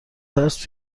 ترس